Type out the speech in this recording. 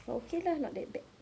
but okay lah not that bad